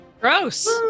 Gross